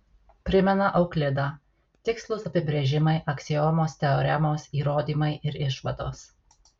primena euklidą tikslūs apibrėžimai aksiomos teoremos įrodymai ir išvados